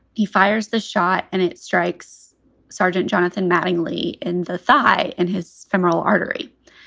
he fires the shot and it strikes sergeant jonathan mattingly in the thigh and his femoral artery.